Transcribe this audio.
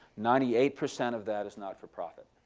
ninety eight percent of that is not-for-profit.